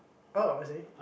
oh I see